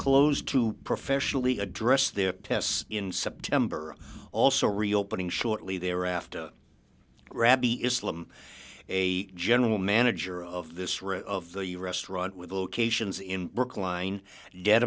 close to professionally address their tests in september also reopening shortly thereafter grabby islam a general manager of the this room of the restaurant with locations in brookline